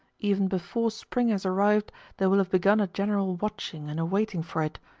even before spring has arrived there will have begun a general watching and a waiting for it,